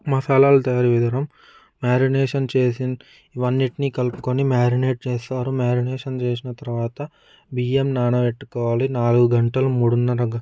మసాలాలు తయారు విధానం మ్యారినేషన్ చేసినవన్నీటిని కలుపుకొని మ్యారినేట్ చేస్తారు మారినేషన్ చేసిన తర్వాత బియ్యం నానబెట్టుకోవాలి నాలుగు గంటలు మూడున్నర